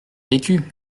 vécu